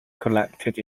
collected